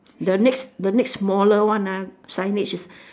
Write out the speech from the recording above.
the next the next smaller one ah signage is